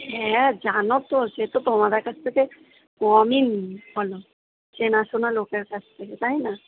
হ্যাঁ জানো তো সে তো তোমাদের কাছ থেকে কমই নিই বলো চেনাশোনা লোকের কাছ থেকে তাই না